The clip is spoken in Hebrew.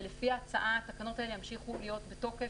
ולפי ההצעה התקנות האלה ימשיכו להיות בתוקף